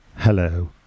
Hello